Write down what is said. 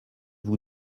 vous